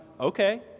okay